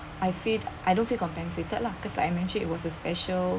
I feel I don't feel compensated lah because like I mentioned it was a special